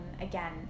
again